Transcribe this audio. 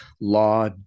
law